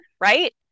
Right